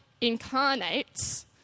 incarnates